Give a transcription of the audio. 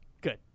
good